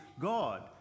God